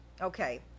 okay